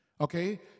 Okay